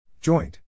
Joint